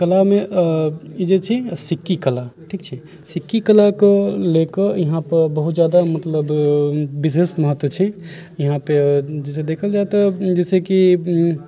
कलामे ई जे छै ने सिक्की कला ठीक छै सिक्की कलाके लऽके यहाँ पे बहुत जादा मतलब विशेष महत्व छै यहाँ पे जैसे देखल जाय तऽ जैसेकि